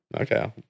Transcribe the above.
okay